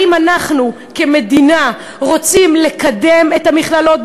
אם אנחנו כמדינה רוצים לקדם את המכללות,